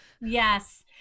Yes